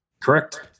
Correct